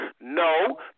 No